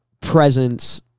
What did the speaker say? presence